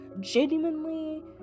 genuinely